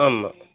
ஆமாம்